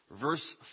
verse